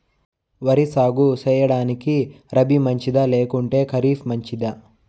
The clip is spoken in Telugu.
వరి సాగు సేయడానికి రబి మంచిదా లేకుంటే ఖరీఫ్ మంచిదా